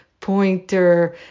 Pointer